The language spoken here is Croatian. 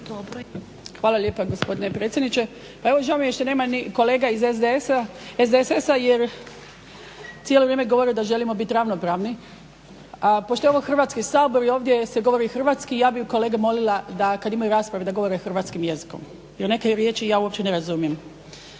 Hvala lijepa gospodine predsjedniče. Pa evo žao mi je što nema ni kolega iz SDSS-a jer cijelo vrijeme govore da želimo biti ravnopravni, a pošto je ovo Hrvatski sabor i ovdje se govori hrvatski ja bih kolege molila da govore hrvatskim jezikom. Jer neke riječi ja uopće ne razumijem.